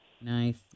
Nice